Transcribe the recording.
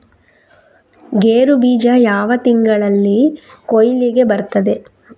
ಗೇರು ಬೀಜ ಯಾವ ತಿಂಗಳಲ್ಲಿ ಕೊಯ್ಲಿಗೆ ಬರ್ತದೆ?